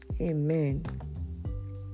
amen